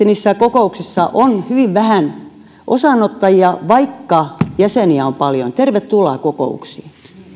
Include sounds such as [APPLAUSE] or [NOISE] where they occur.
[UNINTELLIGIBLE] niissä kokouksissa on hyvin vähän osanottajia vaikka jäseniä on paljon tervetuloa kokouksiin